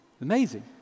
Amazing